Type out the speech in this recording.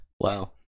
Wow